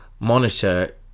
monitor